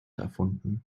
erfunden